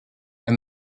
and